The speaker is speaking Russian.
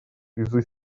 связи